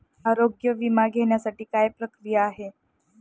आरोग्य विमा घेण्यासाठी काय प्रक्रिया आहे?